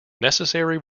necessary